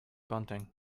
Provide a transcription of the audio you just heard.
bunting